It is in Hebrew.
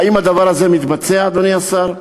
האם הדבר הזה מתבצע, אדוני השר?